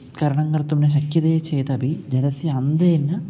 तरणं कर्तुं न शक्यते चेदपि जलस्य अन्ते न